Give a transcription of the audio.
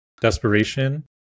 desperation